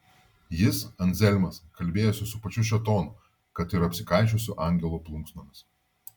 jis anzelmas kalbėjosi su pačiu šėtonu kad ir apsikaišiusiu angelo plunksnomis